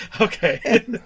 Okay